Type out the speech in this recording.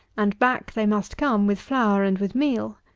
and back they must come with flour and with meal.